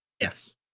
yes